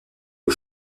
aux